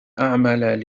أعمل